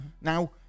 Now